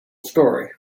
story